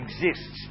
exists